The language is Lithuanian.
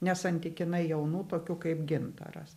ne santykinai jaunų tokių kaip gintaras